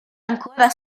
ancora